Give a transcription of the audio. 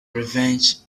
revenge